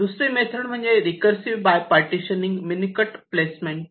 दुसरी मेथड म्हणजे recursive bipartitioning min cut placement